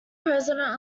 president